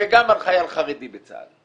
וגם על חייל חרדי בצה"ל.